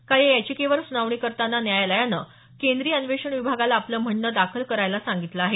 काल या याचिकेवर सुनावणी करताना न्यायालयानं केंद्रीय अन्वेषण विभागाला आपलं म्हणणं दाखल करायला सांगितलं आहे